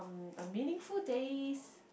a meaningful days